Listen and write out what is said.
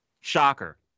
shocker